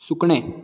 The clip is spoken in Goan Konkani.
सुकणें